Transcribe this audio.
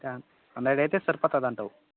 hundred అయితే సరిపోతుందంటావు